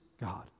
God